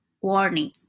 warning